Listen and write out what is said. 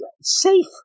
safe